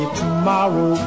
tomorrow